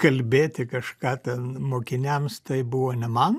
kalbėti kažką ten mokiniams tai buvo ne man